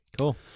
cool